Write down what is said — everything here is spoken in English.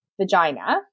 vagina